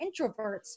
introverts